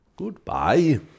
Goodbye